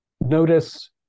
notice